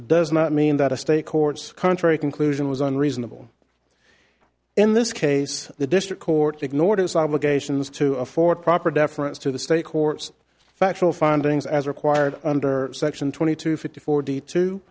does not mean that a state courts contrary conclusion was unreasonable in this case the district court ignored its obligations to afford proper deference to the state courts factual findings as required under section twenty two fifty fo